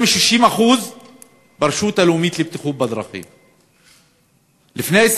מ-60% בתקציב רשות הלאומית לבטיחות בדרכים.